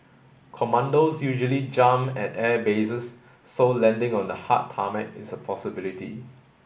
commandos usually jump at airbases so landing on the hard tarmac is a possibility